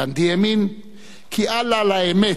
גנדי האמין כי אל לה לאמת,